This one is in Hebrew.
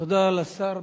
תודה לשר.